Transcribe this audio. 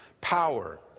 power